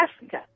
Africa